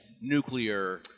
nuclear